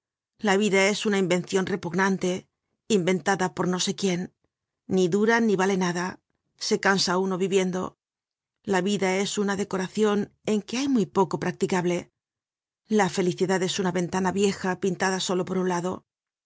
la vida es una invencion repugnante inventada por no sé quién ni dura ni vale nada se cansa uno viviendo la vida es una decoracion en que hay muy poco practicable la felicidades una ventana vieja pintada solo por un lado